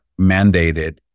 mandated